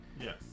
Yes